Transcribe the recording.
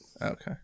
Okay